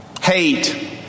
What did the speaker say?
Hate